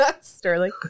Sterling